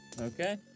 Okay